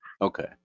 Okay